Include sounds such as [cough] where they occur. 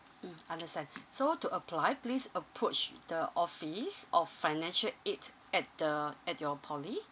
mm understand [breath] so to apply please approach the office or financial aids at the at your poly